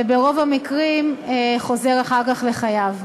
וברוב המקרים חוזר אחר כך לחייו.